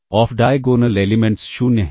of diagonal elements 0 हैं